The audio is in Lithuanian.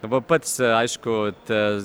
va pats aišku tas